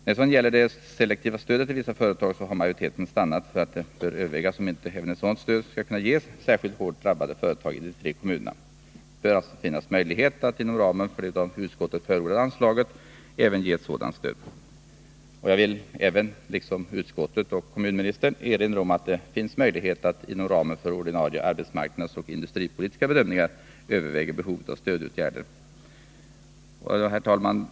När det sedan gäller det selektiva stödet till vissa företag har utskottsmajoriteten stannat för att sådant stöd skall kunna ges särskilt hårt drabbade företag i kommunerna. Det bör alltså finnas möjlighet att inom ramen för det av utskottet förordade anslaget även ge sådant stöd. Jag vill liksom utskottet och kommunministern erinra om att det finns möjlighet att inom ramen för ordinarie arbetsmarknadspolitiska och industripolitiska bedömningar överväga stödåtgärder. Herr talman!